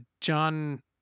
John